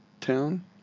town